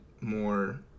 more